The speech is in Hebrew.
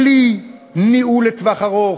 בלי ניהול לטווח ארוך,